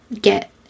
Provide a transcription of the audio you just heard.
get